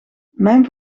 mijn